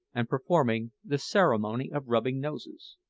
and performing the ceremony of rubbing noses.